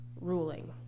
ruling